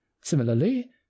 Similarly